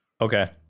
Okay